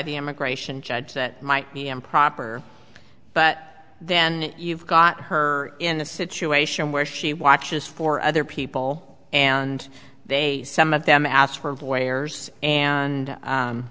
the immigration judge that might be improper but then you've got her in a situation where she watches for other people and they some of them a